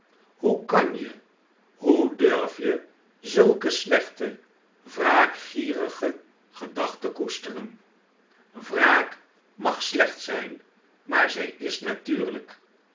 hoe kan je hoe durf je zulke slechte wraakgierige gedachten koesteren wraak mag slecht zijn maar zij is natuurlijk